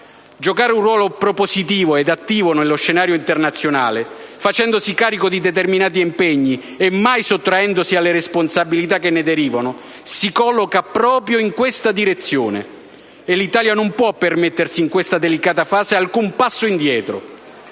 Giocare un ruolo propositivo ed attivo nello scenario internazionale, facendosi carico di determinati impegni e mai sottraendosi alle responsabilità che ne derivano, si colloca proprio in questa direzione. E l'Italia non può permettersi, in questa delicata fase, alcun passo indietro,